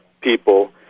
people